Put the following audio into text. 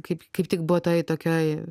kaip kaip tik buvo toj tokioj